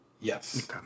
yes